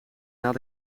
naar